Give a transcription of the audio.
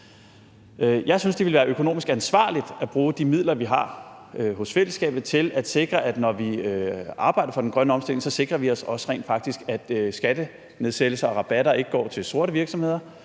Jeg synes, det ville være økonomisk ansvarligt at bruge de midler, vi har i fællesskabet, til at sikre, at når vi arbejder for den grønne omstilling, sikrer vi os også rent faktisk, at skattenedsættelser og rabatter ikke går til sorte virksomheder,